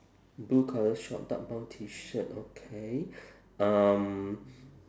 blue colour short dark brown T shirt okay um